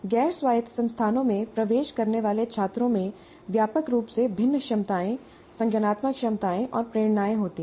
गैर स्वायत्त संस्थानों में प्रवेश करने वाले छात्रों में व्यापक रूप से भिन्न क्षमताएं संज्ञानात्मक क्षमताएं और प्रेरणाएं होती हैं